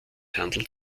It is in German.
handelt